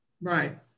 right